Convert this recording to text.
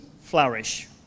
flourish